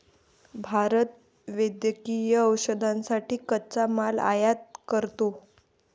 भारत वैद्यकीय औषधांसाठी कच्चा माल आयात करतो